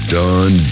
done